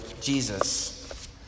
Jesus